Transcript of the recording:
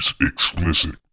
explicit